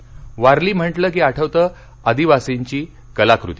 वारली वारली म्हटले की आठवते आदिवासींची कलाकृती